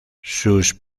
sus